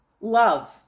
love